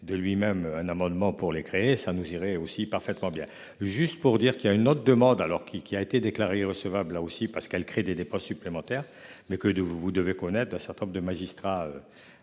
de lui-même un amendement pour les créer ça nous irait aussi parfaitement bien juste pour dire qu'il y a une autre demande alors qui qui a été déclarée recevable là aussi parce qu'elle crée des des pas supplémentaires mais que de vous, vous devez connaître d'un certain nombre de magistrats